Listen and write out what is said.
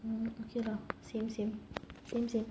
um okay lah same same same same